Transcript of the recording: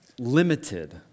limited